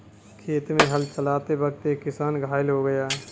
खेत में हल चलाते वक्त एक किसान घायल हो गया